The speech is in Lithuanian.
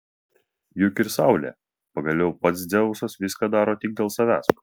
juk ir saulė pagaliau pats dzeusas viską daro tik dėl savęs